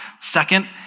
Second